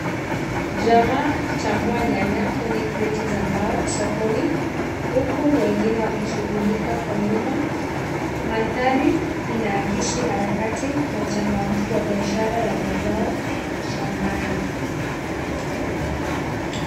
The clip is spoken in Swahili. Jamaa akichambua nyanya kwenye kreti za mbao sokoni huku wengine wakishughulika kwa nyuma. Mandhari inahakisi harakati na uchangamfu wa mazao ya shambani.